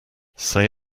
say